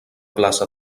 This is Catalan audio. plaça